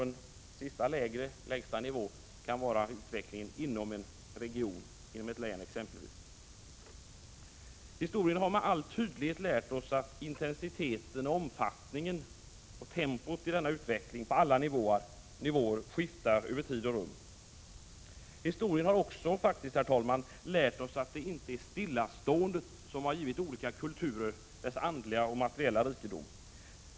En lägsta nivå kan vara utvecklingen inom t.ex. ett län. Historien har med all tydlighet lärt oss att intensiteten, omfattningen och tempot i denna utveckling på alla nivåer skiftar över tid och rum. Historien har också lärt oss att det inte är stillaståendet som givit olika kulturer deras andliga och materiella rikedom.